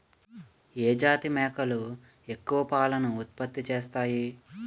ఏ జాతి మేకలు ఎక్కువ పాలను ఉత్పత్తి చేస్తాయి?